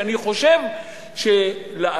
שאני חושב שלעתיד